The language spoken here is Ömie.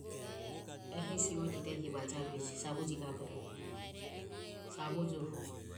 E hesi orire ehi vajarueje. Savoji gagoroho savojoho.